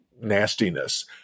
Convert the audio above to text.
nastiness